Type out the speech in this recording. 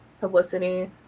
publicity